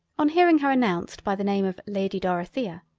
on hearing her announced by the name of lady dorothea,